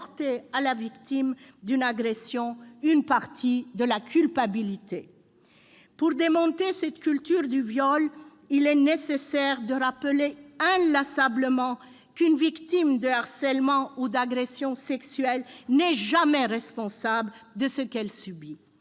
Pour démonter cette culture du viol, il est nécessaire de rappeler inlassablement qu'une victime de harcèlement ou d'agression sexuelle n'est jamais responsable de ce qu'elle subit